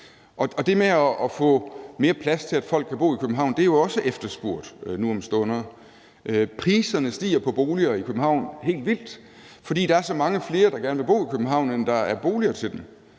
Det med at få mere plads til, at folk kan bo i København, er jo også efterspurgt nu om stunder, og priserne stiger helt vildt på boliger i København, fordi der er så mange flere, der gerne vil bo i København, end der er boliger til dem,